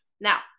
Now